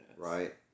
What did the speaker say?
Right